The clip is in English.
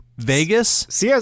Vegas